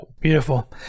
Beautiful